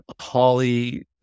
Holly